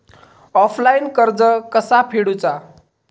Offline कर्ज कसा फेडूचा?